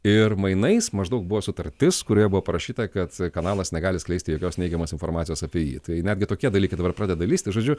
ir mainais maždaug buvo sutartis kurioje buvo parašyta kad kanalas negali skleisti jokios neigiamos informacijos apie jį tai netgi tokie dalykai dabar pradeda lįst tai žodžiu